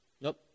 Nope